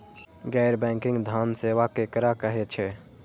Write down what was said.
गैर बैंकिंग धान सेवा केकरा कहे छे?